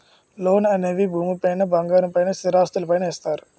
లోన్లు అనేవి భూమి పైన బంగారం పైన స్థిరాస్తులు పైన ఇస్తారు